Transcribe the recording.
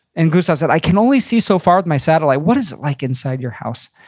and gustav said, i can only see so far with my satellite. what is it like inside your house?